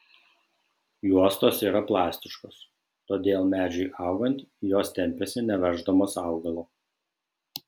juostos yra plastiškos todėl medžiui augant jos tempiasi neverždamos augalo